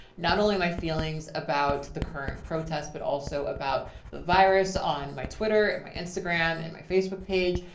not only my feelings about the current protest, but also about the virus on my twitter and my instagram and my facebook page.